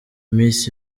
miss